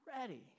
ready